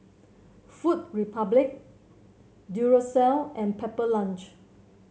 Food Republic Duracell and Pepper Lunch